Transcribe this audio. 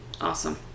Awesome